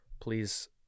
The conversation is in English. please